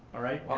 alright?